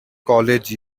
college